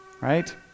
Right